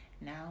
now